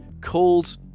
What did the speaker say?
called